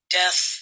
death